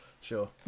Sure